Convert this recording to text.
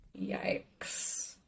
Yikes